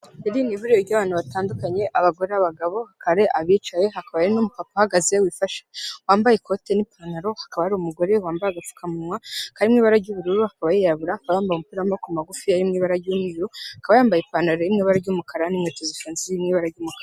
Iri ni ihuriro ry'abantu batandukanye abagore, bagabo hari abicaye hakaba hari n'umupapa uhagaze wifashe wambaye ikote n'ipantaro hakaba ari umugore wambaye agapfukamunwa karimo ibara ry'ubururu akaba yirabura akaba yamabye umupira w'amaboko magufi yari mu ibara ry'umweru akaba yambaye ipantaro y'ibara ry'umukara n'inkweto zifunze.